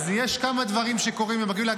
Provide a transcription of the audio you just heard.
אז יש כמה דברים שקורים במקביל.